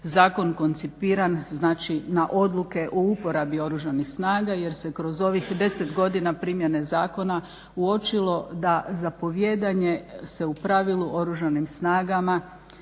zakon koncipiran znači na odluke o uporabi Oružanih snaga jer se kroz ovih 10 godina primjene zakona uočilo da zapovijedanje se u pravilu Oružanim snagama